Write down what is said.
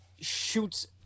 shoots